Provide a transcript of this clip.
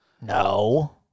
No